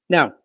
Now